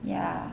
ya